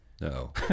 No